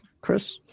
Chris